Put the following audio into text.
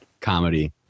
comedy